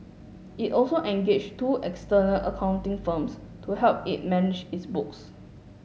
it also engaged two external accounting firms to help it manage its books